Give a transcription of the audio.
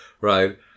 right